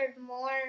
more